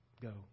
go